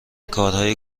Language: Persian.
کارهای